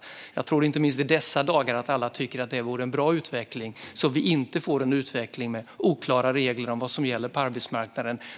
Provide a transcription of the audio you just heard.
Jag tror att alla inte minst i dessa dagar tycker att det vore en bra utveckling, så att vi inte får en utveckling med oklara regler för vad som gäller på arbetsmarknaden.